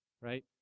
right